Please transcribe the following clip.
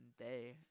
day